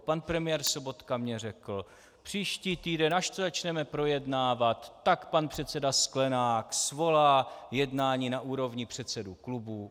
Pan premiér Sobotka mi řekl: příští týden, až to začneme projednávat, tak pan předseda Sklenák svolá jednání na úrovni předsedů klubů.